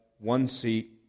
one-seat